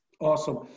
Awesome